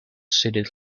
ceded